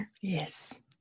Yes